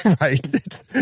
right